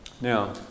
Now